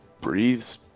breathes